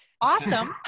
Awesome